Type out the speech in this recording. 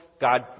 God